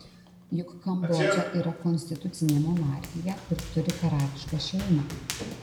juk kambodža yra konstitucinė monarchija ir turi karališką šeimą